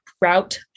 route